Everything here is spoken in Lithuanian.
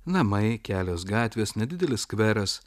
namai kelios gatvės nedidelis skveras